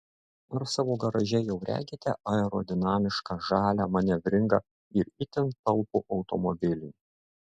ar savo garaže jau regite aerodinamišką žalią manevringą ir itin talpų automobilį